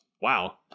wow